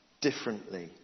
differently